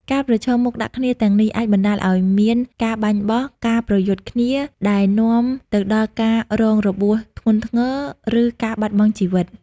ការប្រឈមមុខដាក់គ្នាទាំងនេះ អាចបណ្ដាលឲ្យមាន ការបាញ់បោះ ការប្រយុទ្ធគ្នា ដែលនាំទៅដល់ការរងរបួសធ្ងន់ធ្ងរ ឬការបាត់បង់ជីវិត។